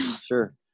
Sure